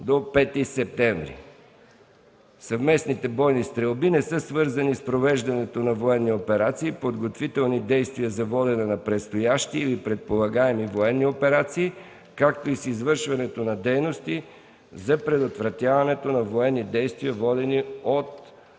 до 5 септември 2013 г. Съвместните бойни стрелби не са свързани с провеждането на военни операции, подготвителни действия за водене на предстоящи или предполагаеми военни операции, както и с извършването на дейности за предотвратяването на военни действия, водени от